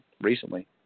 recently